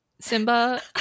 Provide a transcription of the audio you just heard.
Simba